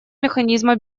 механизма